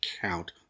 count